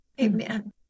Amen